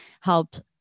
helped